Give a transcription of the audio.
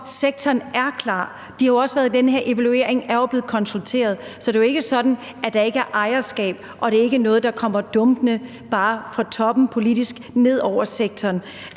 sektoren er klar. Den her evaluering er jo blevet konsulteret, så det er ikke sådan, at der ikke er ejerskab – og det er ikke noget, der bare kommer dumpende fra den politiske top ned over sektoren.